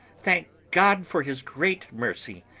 thank god, for his great mercy!